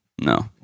No